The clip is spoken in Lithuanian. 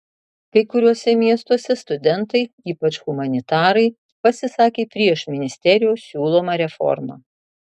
kai kuriuose miestuose studentai ypač humanitarai pasisakė prieš ministerijos siūlomą reformą